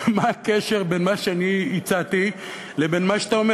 מה הקשר בין מה שאני הצעתי לבין מה שאתה אומר?